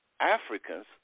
Africans